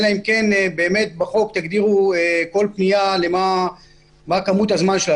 אלא אם כן בחוק תגדירו מה אורך הזמן של כל פנייה.